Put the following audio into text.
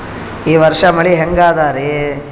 ಈ ವರ್ಷ ಮಳಿ ಹೆಂಗ ಅದಾರಿ?